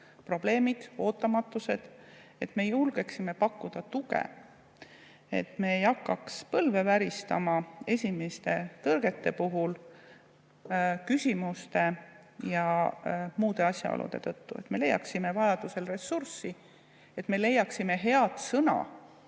probleemid, ootamatused –, et me julgeksime pakkuda tuge, et meil ei hakkaks põlved värisema esimeste tõrgete puhul, küsimuste ja muude asjaolude tõttu, et me leiaksime vajadusel ressurssi, et me leiaksime häid sõnu,